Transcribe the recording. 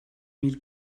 mille